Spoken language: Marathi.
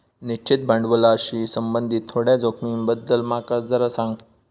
निश्चित भांडवलाशी संबंधित थोड्या जोखमींबद्दल माका जरा सांग